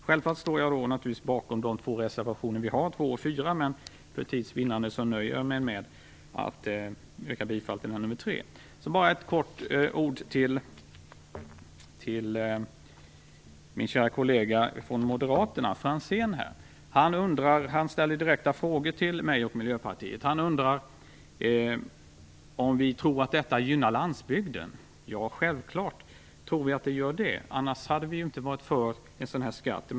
Självfallet står jag bakom de övriga två reservationer som vi har, men för tids vinnande nöjer jag mig med att yrka bifall till reservation 3. Så några ord till min käre kollega från Moderaterna, Jan-Olof Franzén. Han ställer direkta frågor till mig och Miljöpartiet. Han undrar om vi tror att detta gynnar landsbygden. Ja, självklart tror vi att det gör det, annars hade vi inte varit för en sådan här skatt.